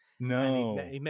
No